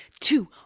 two